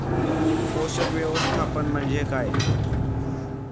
पोषक व्यवस्थापन म्हणजे काय?